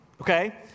okay